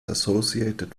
associated